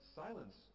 silence